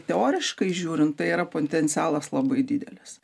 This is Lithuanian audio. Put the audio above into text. teoriškai žiūrint tai yra potencialas labai didelis